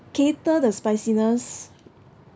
cater the spiciness